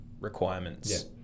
requirements